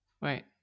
Wait